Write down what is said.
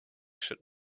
should